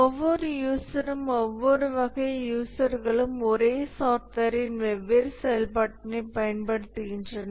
ஒவ்வொரு யூசரும் ஒவ்வொரு வகை யூசர்களும் ஒரே சாஃப்ட்வேரின் வெவ்வேறு செயல்பாட்டினை பயன்படுத்துகின்றனர்